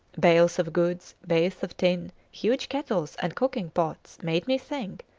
bales of goods, baths of tin, huge kettles, and cooking-pots made me think,